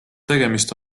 tegemist